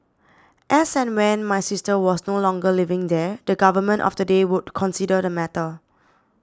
as and when my sister was no longer living there the Government of the day would consider the matter